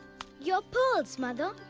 your pearls, mother.